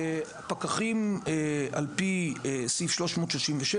על פי סעיף 337,